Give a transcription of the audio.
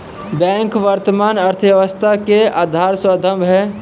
bank वर्तमान अर्थव्यवस्था के आधार स्तंभ है